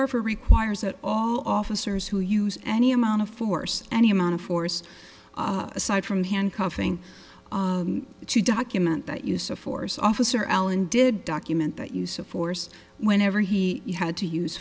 our for requires at all officers who use any amount of force any amount of force aside from handcuffing to document that use of force officer allen did document that use of force whenever he had to use